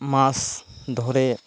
মাছ ধরে